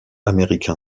américain